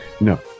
No